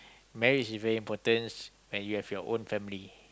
marriage is very importance and you have your own family